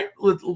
right